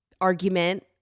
argument